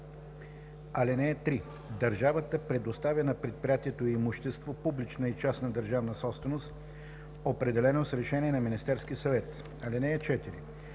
(3) Държавата предоставя на предприятието имущество – публична и частна държавна собственост, определено с решение на Министерския съвет. (4)